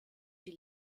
die